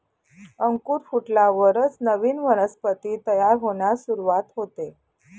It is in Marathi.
अंकुर फुटल्यावरच नवीन वनस्पती तयार होण्यास सुरूवात होते